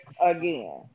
again